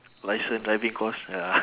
licence driving course ya